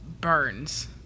burns